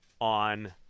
on